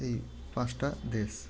এই পাঁচটা দেশ